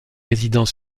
résidant